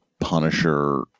Punisher